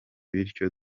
bityo